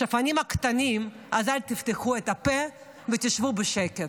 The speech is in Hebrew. שפנים קטנים, אז אל תפתחו את הפה ותשבו בשקט.